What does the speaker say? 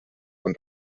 und